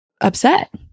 upset